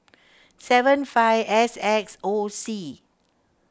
seven five S X O C